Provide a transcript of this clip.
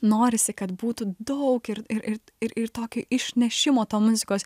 norisi kad būtų daug ir ir ir ir tokio išnešimo to muzikos